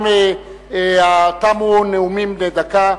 תמו נאומים בני דקה.